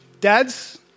Dads